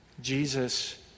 Jesus